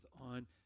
on